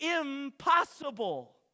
impossible